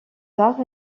tard